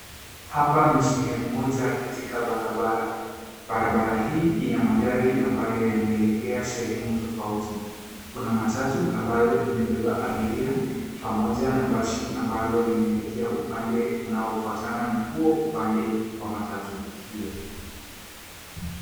Hapa ni sehemu moja katika barabara. Barabara hii ina magari ambayo yanaelekea sehemu tofauti. Kuna matatu ambayo imebeba abiria pamoja na basi ambalo linaelekea upande unaofuatana na huo, upande wa matatu hiyo.